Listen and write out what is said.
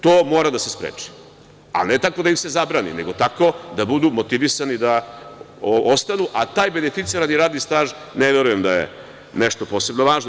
To mora da se spreči, ali ne tako da im se zabrani, nego tako da budu motivisani da ostanu, a taj beneficirani radni staž ne verujem da je nešto posebno važno.